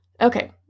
Okay